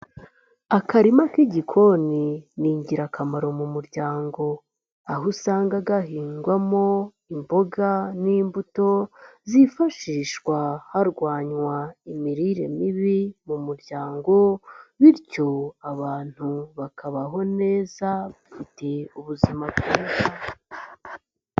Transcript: Akarima k'igikoni ni ingirakamaro mu muryango, aho usanga gahingwamo imboga n'imbuto, zifashishwa harwanywa imirire mibi mu muryango, bityo abantu bakabaho neza, bafite ubuzima bwiza.